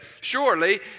Surely